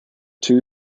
two